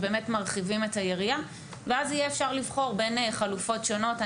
באמת מרחיבים את היריעה ואז יהיה אפשר לבחור בין חלופות שונות.